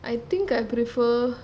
I think I prefer